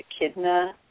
Echidna